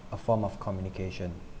a form of communication